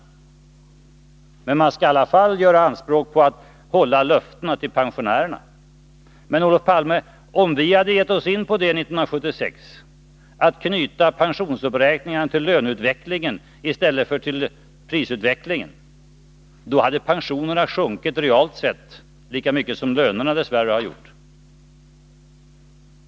Men man vill i alla fall göra anspråk på att hålla löftena till pensionärerna. Men, Olof Palme, om vi hade givit oss in på att knyta pensionsuppräkningarna till löneutvecklingen i stället för till prisutvecklingen, hade pensionerna minskat reellt sett lika mycket som lönerna dess värre har gjort.